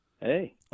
Hey